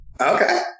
Okay